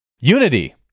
Unity